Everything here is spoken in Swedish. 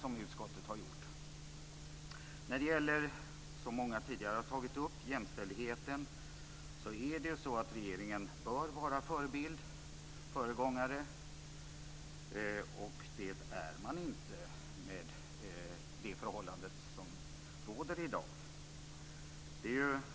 När det gäller jämställdheten, som många tidigare har tagit upp, bör regeringen vara förebild och föregångare, men det är den inte med det förhållande som råder i dag.